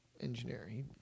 engineering